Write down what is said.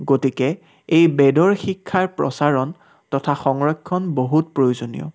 গতিকে এই বেদৰ শিক্ষাৰ প্ৰচাৰণ তথা সংৰক্ষণ বহুত প্ৰয়োজনীয়